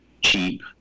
cheap